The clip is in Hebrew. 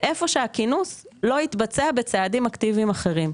איפה שהכינוס לא יתבצע בצעדים אקטיביים אחרים.